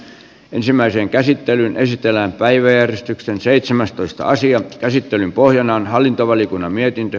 ensimmäiseen käsittelyyn esitellään päiväjärjestyksen seitsemästoista asian käsittelyn pohjana on hallintovaliokunnan mietintö